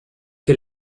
que